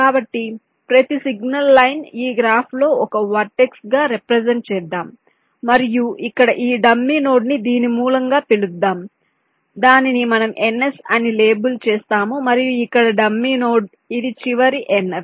కాబట్టి ప్రతి signal line ఈ గ్రాఫ్లో ఒక వెర్టెస్ గా రెప్రెసెంట్ చేద్దాం మరియు ఇక్కడ ఈ డమ్మీ నోడ్ ని దీని మూలంగా పిలుద్దాం దానిని మనం ns అని లేబుల్ చేస్తాము మరియు ఇక్కడ డమ్మీ నోడ్ ఇది చివరి nf